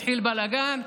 התחיל בלגן.